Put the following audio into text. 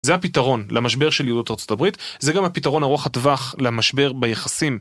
זה הפתרון למשבר של יהדות ארה״ב, זה גם הפתרון ארוך הטווח למשבר ביחסים.